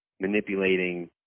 manipulating